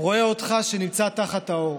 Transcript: רואה אותך, שנמצא תחת האור.